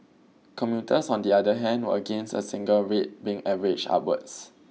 commuters on the other hand were against a single rate being averaged upwards